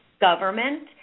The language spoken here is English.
government